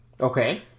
Okay